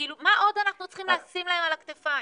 כאילו מה עוד אנחנו צריכים לשים להם על הכתפיים?